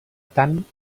tant